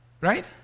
Right